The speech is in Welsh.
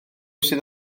sydd